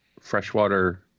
freshwater